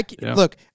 look